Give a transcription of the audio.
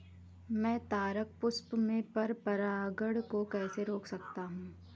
मैं तारक पुष्प में पर परागण को कैसे रोक सकता हूँ?